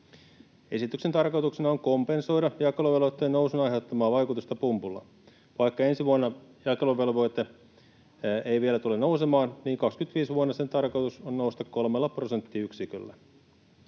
Esityksen tarkoituksena on kompensoida jakeluvelvoitteen nousun aiheuttamaa vaikutusta pumpulla. Vaikka ensi vuonna jakeluvelvoite ei vielä tule nousemaan, niin vuonna 25 sen tarkoitus on nousta kolmella prosenttiyksiköllä.